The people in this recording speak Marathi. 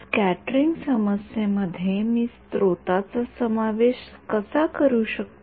स्क्याटेरिंग समस्ये मध्ये मी स्त्रोताचा समावेश कसा करू शकतो